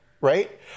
right